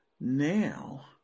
now